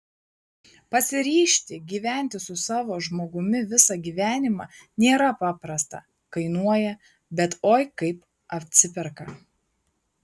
pasiryžti gyventi su savo žmogumi visą gyvenimą nėra paprasta kainuoja bet oi kaip atsiperka